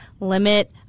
Limit